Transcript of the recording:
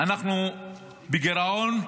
אנחנו בגירעון.